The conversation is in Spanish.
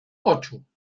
ocho